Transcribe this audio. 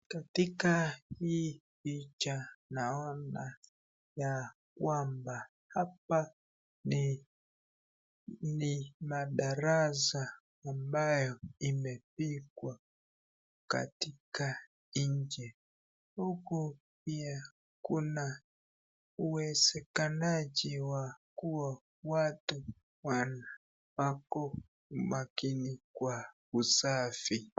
Katika hii picha naona ya kwamba hapa ni madarasa ambayo imepigwa katika nje. Huku pia kuna uwezekanaji wa kua watu wana wako makini kwa usafi.